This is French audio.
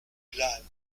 glanes